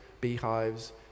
beehives